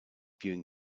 viewing